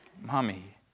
Mommy